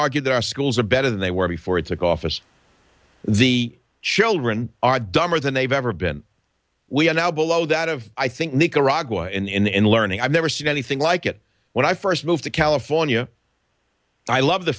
argue that our schools are better than they were before it took office the children are dumber than they've ever been we are now below that of i think nicaragua and learning i've never seen anything like it when i first moved to california i love the